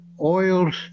oils